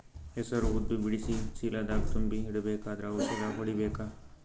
ಹೆಸರು ಉದ್ದ ಬಿಡಿಸಿ ಚೀಲ ದಾಗ್ ತುಂಬಿ ಇಡ್ಬೇಕಾದ್ರ ಔಷದ ಹೊಡಿಬೇಕ?